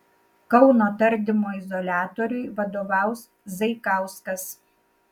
kauno tardymo izoliatoriui vadovaus zaikauskas